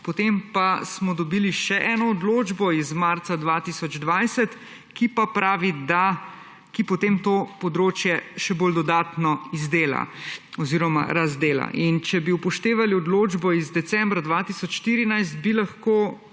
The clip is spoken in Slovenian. Potem pa smo dobili še eno odločbo iz marca 2020, ki potem to področje še bolj dodatno razdela. Če bi upoštevali odločbo iz decembra 2014, bi lahko